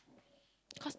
cause